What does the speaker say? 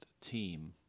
team